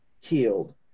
healed